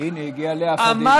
אני כאן.